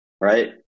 right